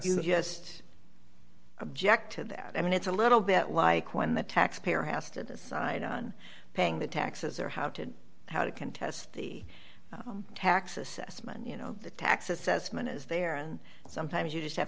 that just object to that i mean it's a little bit like when the taxpayer has to decide on paying the taxes or how to how to contest the tax assessment you know the tax assessment is there and sometimes you just have